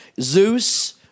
Zeus